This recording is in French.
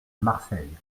marseille